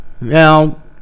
Now